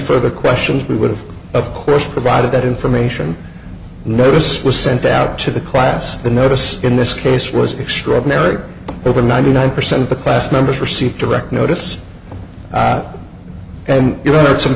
further questions we would have of course provided that information notice was sent out to the class the notice in this case was extraordinary over ninety nine percent of the class members receive direct notice and you know